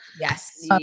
Yes